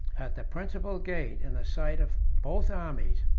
at the principal gate, in the sight of both armies,